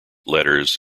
letters